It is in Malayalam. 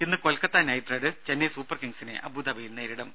ഇന്ന് Kolkata Knight Riders Chennai Super കിങ്സിനെ അബൂദബിയിൽ നേരിടും